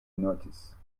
notice